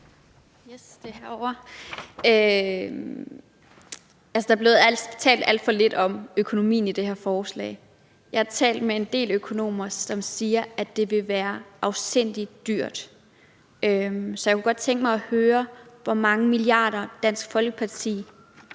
Der er blevet talt alt for lidt om økonomien i det her forslag. Jeg har talt med en del økonomer, som siger, at det vil være afsindig dyrt. Så jeg kunne godt tænke mig at høre, hvor mange milliarder kroner Dansk Folkeparti